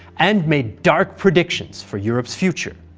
and made dark predictions for europe's future.